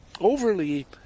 overly